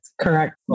correct